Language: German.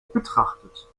betrachtet